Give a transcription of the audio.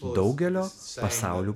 daugelio pasaulių